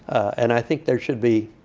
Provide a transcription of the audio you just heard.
and i think there should be